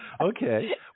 Okay